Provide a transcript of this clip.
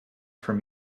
from